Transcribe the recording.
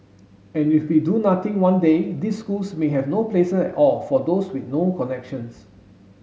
and if we do nothing one day these schools may have no places at all for those with no connections